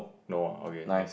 no ah okay